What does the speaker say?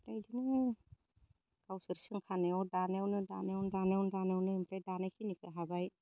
ओमफाय इदिनो गावसोर सोंखानायाव दानायावनो दानायावनो दानायावनो दानायावनो ओमफ्राय दानायखिनिखो हाबाय